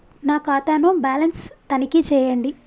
నా ఖాతా ను బ్యాలన్స్ తనిఖీ చేయండి?